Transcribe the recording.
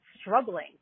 struggling